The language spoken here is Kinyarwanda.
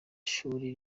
shuri